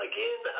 Again